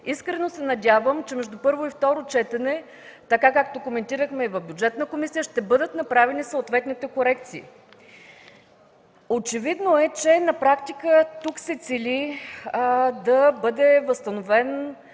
Искрено се надявам, че между първо и второ четене, така както коментирахме в Бюджетната комисия, ще бъдат направени съответните корекции. Очевидно е, че на практика тук се цели да бъде възстановен